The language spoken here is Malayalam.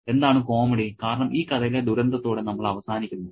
എന്താണ് കോമഡി കാരണം ഈ കഥയിലെ ദുരന്തത്തോടെ നമ്മൾ അവസാനിക്കുന്നില്ല